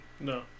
No